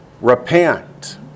repent